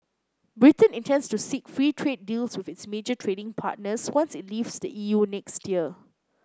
Britain intends to seek free trade deals with its major trading partners once it leaves the E U next year